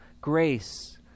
grace